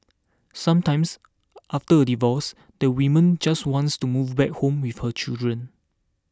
sometimes after a divorce the woman just wants to move back home with her children